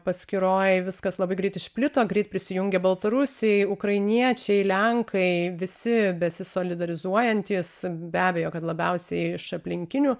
paskiroj viskas labai greit išplito greit prisijungė baltarusiai ukrainiečiai lenkai visi besi solidarizuojantis be abejo kad labiausiai iš aplinkinių